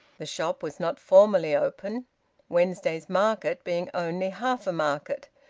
the shop was not formally open wednesday's market being only half a market.